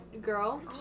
girl